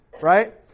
right